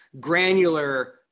granular